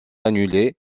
annulée